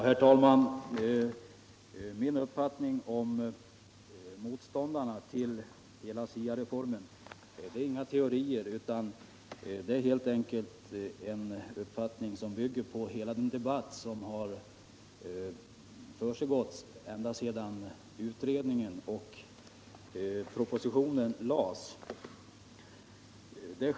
Herr talman! Min uppfattning om motståndarna till SIA-reformen är inte grundad på några teorier utan bygger på hela den debatt som har förts ända sedan framläggandet av utredningen och därefter propositionen i detta ärende.